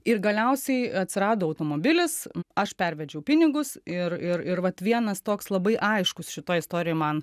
ir galiausiai atsirado automobilis aš pervedžiau pinigus ir ir ir vat vienas toks labai aiškus šitoj istorijoj man